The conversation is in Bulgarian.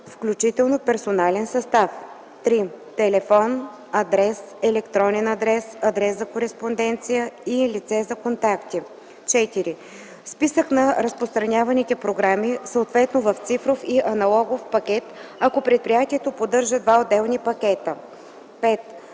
включително персонален състав; 3. телефон, адрес, електронен адрес, адрес за кореспонденция и лице за контакти; 4. списък на разпространяваните програми, съответно в цифров и аналогов пакет, ако предприятието поддържа два отделни пакета; 5.